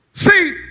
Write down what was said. See